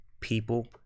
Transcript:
people